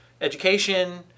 education